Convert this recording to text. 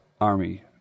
Army